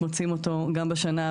מוציאים אותו גם בשנה הבאה,